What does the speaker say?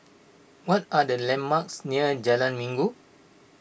what are the landmarks near Jalan Minggu